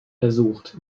ersucht